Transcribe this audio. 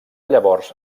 llavors